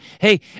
Hey